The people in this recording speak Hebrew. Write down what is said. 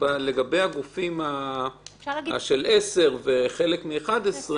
לגבי הגופים שב-10 ולגבי חלק מהגופים שב-11